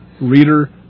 Reader